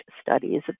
studies